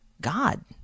God